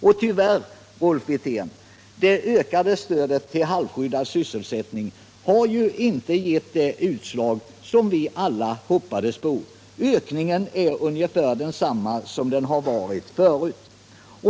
Och tyvärr, Rolf Wirtén, har det ökade stödet till halvskyddad sysselsättning inte gett det utslag som vi alla hoppats på. Ökningen är ungefär densamma som den varit förut.